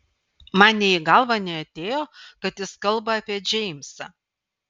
man nė į galvą neatėjo kad jis kalba apie džeimsą